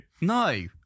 No